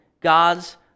God's